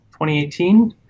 2018